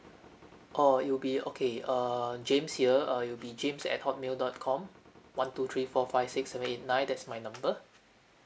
orh it will be okay err james here uh it will be james at hot mail dot com one two three four five six seven eight nine that's my number